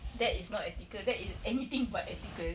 that is not ethical that is anything but ethical